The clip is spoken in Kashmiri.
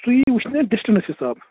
سُہ یی وٕچھِنہٕ ڈسٹانس حِساب